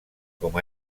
com